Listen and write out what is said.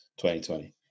2020